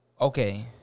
okay